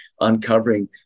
uncovering